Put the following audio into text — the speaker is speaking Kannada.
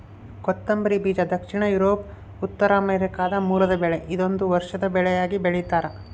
ಕೊತ್ತಂಬರಿ ಬೀಜ ದಕ್ಷಿಣ ಯೂರೋಪ್ ಉತ್ತರಾಮೆರಿಕಾದ ಮೂಲದ ಬೆಳೆ ಇದೊಂದು ವರ್ಷದ ಬೆಳೆಯಾಗಿ ಬೆಳ್ತ್ಯಾರ